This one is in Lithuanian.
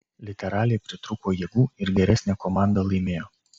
literaliai pritrūko jėgų ir geresnė komanda laimėjo